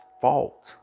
fault